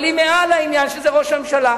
אבל היא מעל העניין, שזה ראש הממשלה.